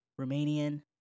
Romanian